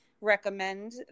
recommend